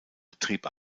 betrieb